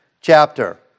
chapter